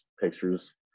pictures